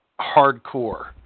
hardcore